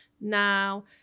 Now